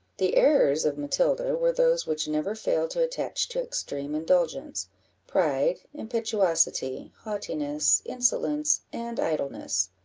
the errors of matilda were those which never fail to attach to extreme indulgence pride, impetuosity, haughtiness, insolence, and idleness.